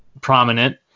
prominent